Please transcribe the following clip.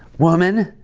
woman,